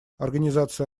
организация